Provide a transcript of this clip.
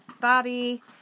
Bobby